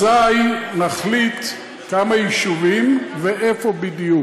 אזי נחליט כמה יישובים ואיפה בדיוק.